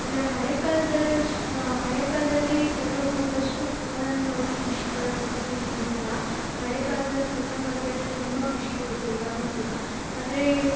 ಅಂದರೆ ಹಳೆ ಕಾಲ್ದ ಹಳೆ ಕಾಲದಲ್ಲಿ ಫೋಟೊ ನೋಡಿದಷ್ಟು ಫೋನಲ್ಲಿ ನೋಡಿ ಖುಷಿ ಪಡುವಷ್ಟು ಏನು ಇದಿಲ್ಲ ಹಳೆ ಕಾಲ್ದಲ್ಲಿ ಫೋಟೊ ನೋಡಿಬಿಟ್ರೆ ತುಂಬ ಖುಷಿ ಕೊಡುತ್ತೆ ಇವಾಗಲು ಕೂಡ ಆದ್ರೇ